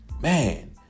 man